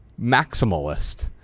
maximalist